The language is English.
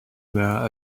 were